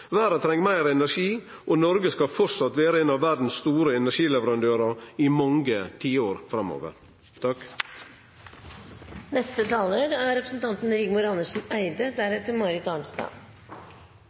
Verda treng meir energi, og Noreg skal vere ein av verdas store energileverandørar i mange tiår framover. Olje- og gassvirksomheten på norsk sokkel er